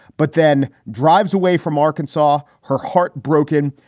but then drives away from arkansas. her heart broken,